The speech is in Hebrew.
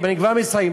אני כבר מסיים.